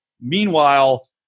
Meanwhile